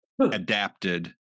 adapted